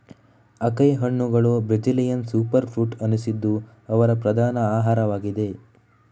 acai ಹಣ್ಣುಗಳು Brazilian super fruit ಅನಿಸಿದ್ದು ಅವರ ಪ್ರಧಾನ ಆಹಾರವಾಗಿದೆ